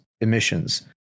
emissions